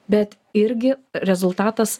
bet irgi rezultatas